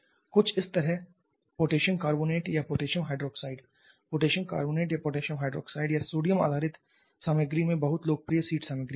कुछ इस तरह पोटेशियम कार्बोनेट या पोटेशियम हाइड्रॉक्साइड पोटेशियम कार्बोनेट या पोटेशियम हाइड्रॉक्साइड या सोडियम आधारित सामग्री में बहुत लोकप्रिय सीड सामग्री कहते हैं